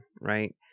Right